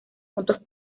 puntos